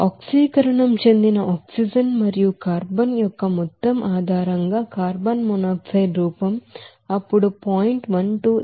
ఆక్సీకరణ ం చెందిన ఆక్సిజన్ మరియు కార్బన్ యొక్క మొత్తం ఆధారంగా కార్బన్ మోనాక్సైడ్ రూపం అప్పుడు 0